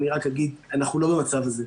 אני רק אגיד שאנחנו לא בצב הזה.